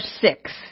six